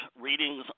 readings